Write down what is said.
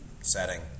setting